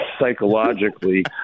psychologically